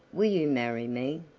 will you marry me?